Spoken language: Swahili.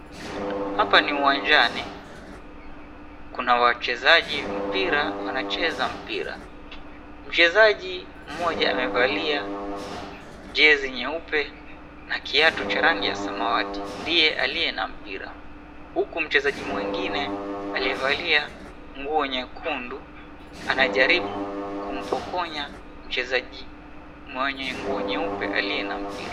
Hapa ni uwanjani, kuna wachezaji mpira wanacheza mpira. Mchezaji mmoja amevalia jezi nyeupe na kiatu cha samawati ndiye aliye na mpira, huku mchezaji mwingine 𝑎𝑙𝑖𝑦𝑒valia nguo nyekundu anajaribu kumpokonya mchezaji mwenye nguo nyeupe aliye na mpira.